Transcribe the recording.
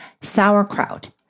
Sauerkraut